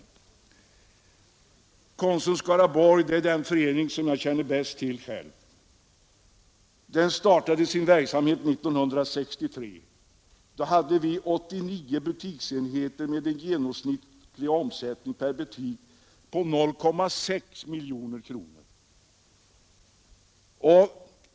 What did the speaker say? Konsum Skaraborg är den förening jag själv bäst känner till. Den startade sin verksamhet 1963. Då hade vi 89 butiksenheter med en genomsnittlig årsomsättning per butik av 0,6 miljoner kronor.